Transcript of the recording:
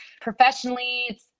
Professionally